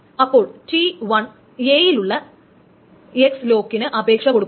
അപ്പോൾ T1 a യിലേക്കുള്ള X ലോക്കിന് അപേക്ഷ കൊടുക്കുന്നു